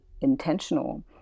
intentional